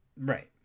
Right